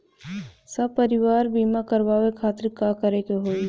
सपरिवार बीमा करवावे खातिर का करे के होई?